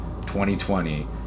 2020